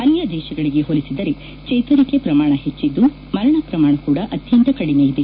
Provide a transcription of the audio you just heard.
ಅನ್ಯ ದೇಶಗಳಿಗೆ ಹೋಲಿಸಿದರೆ ಚೇತರಿಕೆ ಪ್ರಮಾಣ ಹೆಚ್ಚಿದ್ದು ಮರಣ ಪ್ರಮಾಣ ಕೂಡ ಅತ್ಯಂತ ಕಡಿಮೆಯಿದೆ